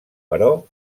però